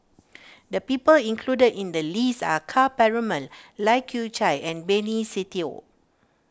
the people included in the list are Ka Perumal Lai Kew Chai and Benny Se Teo